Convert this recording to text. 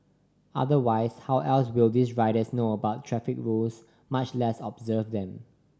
otherwise how else will these riders know about traffic rules much less observe them